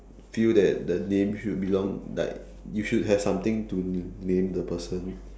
feel that the name should belong like you should have something to name the person